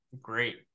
great